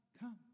come